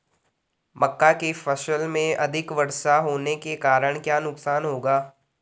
मक्का की फसल में अधिक वर्षा होने के कारण क्या नुकसान होगा?